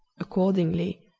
accordingly,